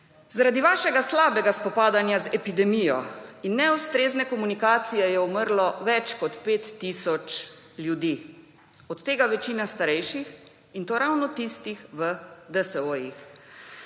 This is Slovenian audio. Zaradi vašega slabega spopadanja z epidemijo in neustrezne komunikacije je umrlo več kot 5 tisoč ljudi. Od tega večina starejših in to ravno tistih, v DSO-jih.